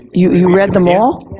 you you read them all?